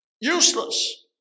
Useless